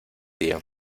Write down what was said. día